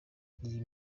iyi